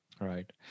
right